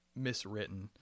miswritten